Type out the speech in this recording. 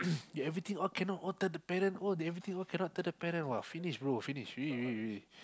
you everything all cannot all turn to parent oh they everything all cannot all turn to parent !wah! finish bro finish really really really